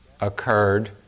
occurred